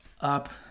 ...up